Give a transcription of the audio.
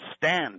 stand